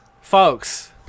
Folks